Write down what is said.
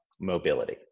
mobility